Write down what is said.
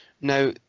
Now